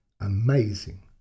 amazing